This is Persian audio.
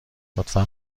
لطفا